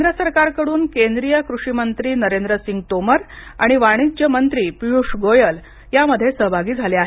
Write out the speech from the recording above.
केंद्र सरकार कडून केंद्रीय कृषी मंत्री नरेंद्र सिंग तोमर आणि वाणिज्य मंत्री पिय्ष गोयल यामध्ये सहभागी झाले आहेत